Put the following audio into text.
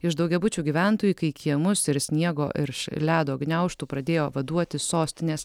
iš daugiabučių gyventojų kai kiemus ir sniego ir iš ledo gniaužtų pradėjo vaduoti sostinės